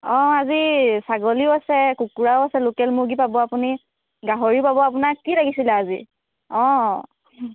অ' আজি ছাগলীও আছে কুকুৰাও আছে লোকেল মুৰ্গী পাব আপুনি গাহৰিও পাব আপোনাক কি লাগিছিলে আজি অ'